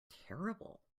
terrible